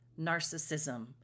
narcissism